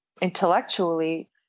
intellectually